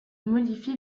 modifie